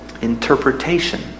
interpretation